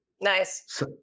nice